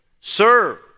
Serve